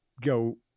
go